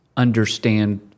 understand